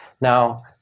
Now